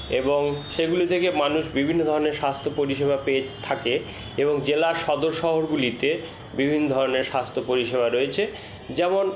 এবং সেগুলি থেকে মানুষ বিভিন্ন ধরনের স্বাস্থ্য পরিষেবা পেয়ে থাকে এবং জেলার সদর শহরগুলিতে বিভিন্ন ধরনের স্বাস্থ্য পরিষেবা রয়েছে যেমন